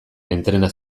entrena